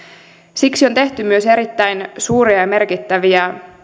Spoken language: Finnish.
siksi on tehty myös erittäin suuria ja merkittäviä